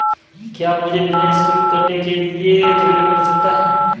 क्या मुझे बिजनेस शुरू करने के लिए ऋण मिल सकता है?